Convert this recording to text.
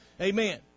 Amen